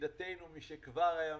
ידידתנו משכב הימים,